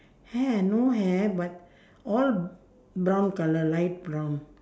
hair no hair but all brown colour light brown